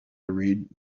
read